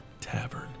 tavern